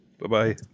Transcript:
Bye-bye